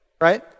right